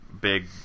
big